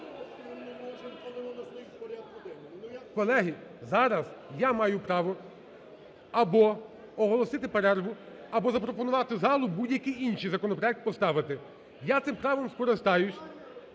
Колеги, зараз я маю право або оголосити перерву або запропонувати залу будь-який інший законопроект поставити. Я цим правом скористаюсь.